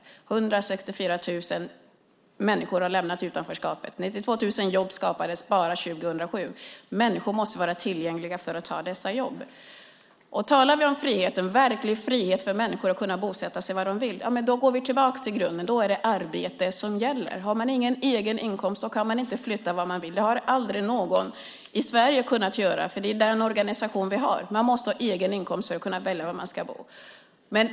164 000 människor har lämnat utanförskapet. 92 000 jobb skapades bara 2007. Människor måste vara tillgängliga för att ta dessa jobb. Talar vi om verklig frihet för människor att kunna bosätta sig var de vill går vi tillbaka till grunden. Då är det arbete som gäller. Har man ingen egen inkomst kan man inte flytta vart man vill. Det har aldrig någon i Sverige kunnat göra. Det är den organisation vi har. Man måste ha egen inkomst för att kunna välja var man ska bo.